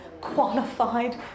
qualified